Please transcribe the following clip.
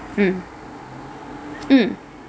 mm mm